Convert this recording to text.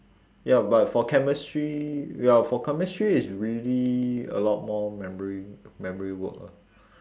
ya but for chemistry ya for chemistry is really a lot more memory memory work lah